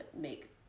make